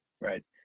Right